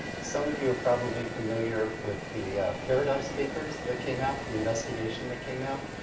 some of you are probably familiar with the paradise papers that came out, the investigation that came out.